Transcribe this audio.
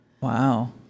Wow